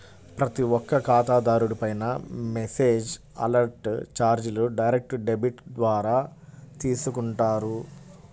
ప్రతి ఒక్క ఖాతాదారుడిపైనా మెసేజ్ అలర్ట్ చార్జీలు డైరెక్ట్ డెబిట్ ద్వారా తీసుకుంటారు